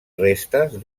restes